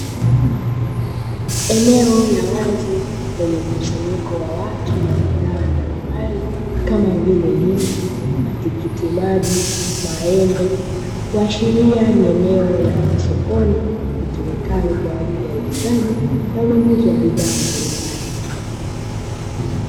Eneo la wazi lenye mkusanyiko wa watu na bidhaa mbalimbali kama vile ndizi, matikiti maji, maembe kuashiria ni eneo la sokoni litumikalo kwajili ya uuzaji na ununuzi wa bidhaa.